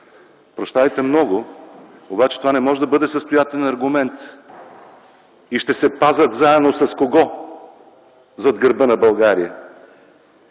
Прощавайте много, обаче това не може да бъде състоятелен аргумент. И ще се пазят заедно с кого зад гърба на България?!